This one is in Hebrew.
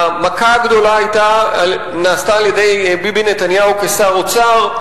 המכה הגדולה נעשתה על-ידי מר נתניהו כשר אוצר,